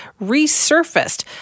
resurfaced